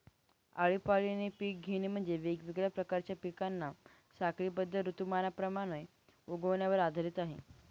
आळीपाळीने पिक घेणे म्हणजे, वेगवेगळ्या प्रकारच्या पिकांना साखळीबद्ध ऋतुमानाप्रमाणे उगवण्यावर आधारित आहे